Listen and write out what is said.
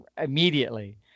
immediately